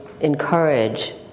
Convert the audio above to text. encourage